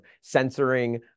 censoring